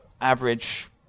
average